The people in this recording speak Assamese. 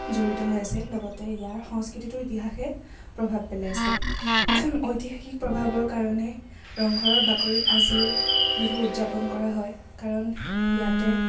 জড়িত হৈ আছে লগতে ইয়াৰ সংস্কৃতিটো ইতিহাসে প্ৰভাৱ পেলাইছে ঐতিহাসিক প্ৰভাৱৰ কাৰণে ৰংঘৰৰ বাকৰিত আজিও বিহু উদযাপন কৰা হয় কাৰণ ইয়াতে